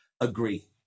agree